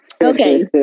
Okay